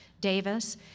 Davis